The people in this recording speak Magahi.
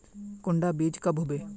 कुंडा बीज कब होबे?